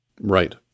Right